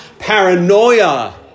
Paranoia